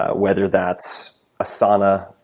ah whether that's asauna,